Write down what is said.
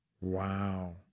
Wow